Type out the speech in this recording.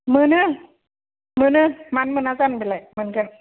मोनो मोनो मानो मोना जानो बेलाय मोनगोन